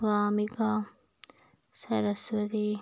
Vamika Saraswati